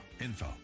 info